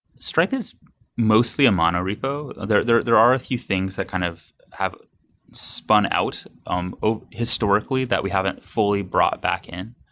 stripe is mostly a mono repo. there there are a few things that kind of have spun out um ah historically that we haven't fully brought back in.